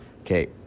Okay